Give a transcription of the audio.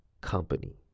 company